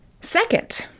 Second